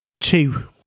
Two